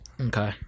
Okay